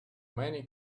many